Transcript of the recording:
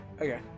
Okay